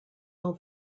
all